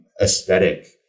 aesthetic